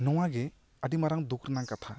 ᱱᱚᱣᱟ ᱜᱮ ᱟᱹᱰᱤ ᱢᱟᱨᱟᱝ ᱫᱩᱠᱷ ᱨᱮᱱᱟᱜ ᱠᱟᱛᱷᱟ